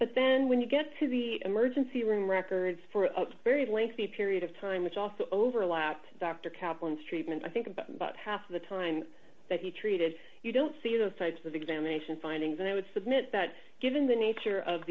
but then when you get to the emergency room records for a very lengthy period of time which also overlapped dr caplan streetman i think about half of the time that he treated you don't see those types of examination findings and i would submit that given the nature of